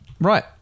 right